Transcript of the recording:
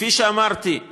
כפי שאמרתי,